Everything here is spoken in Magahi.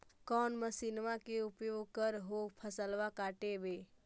कौन मसिंनमा के उपयोग कर हो फसलबा काटबे में?